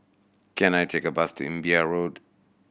can I take a bus to Imbiah Road